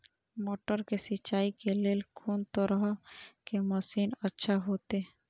मटर के सिंचाई के लेल कोन तरह के मशीन अच्छा होते?